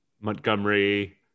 Montgomery